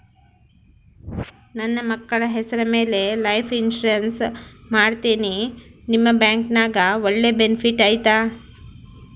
ನನ್ನ ಮಕ್ಕಳ ಹೆಸರ ಮ್ಯಾಲೆ ಲೈಫ್ ಇನ್ಸೂರೆನ್ಸ್ ಮಾಡತೇನಿ ನಿಮ್ಮ ಬ್ಯಾಂಕಿನ್ಯಾಗ ಒಳ್ಳೆ ಬೆನಿಫಿಟ್ ಐತಾ?